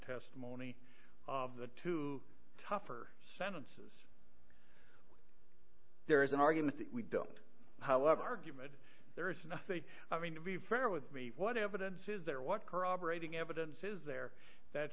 testimony of the two tougher sentences there is an argument we don't however argument there is nothing i mean to be fair with me what evidence is there what corroborating evidence is there that